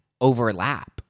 overlap